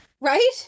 right